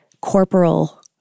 corporal